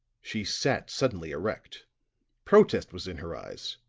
she sat suddenly erect protest was in her eyes,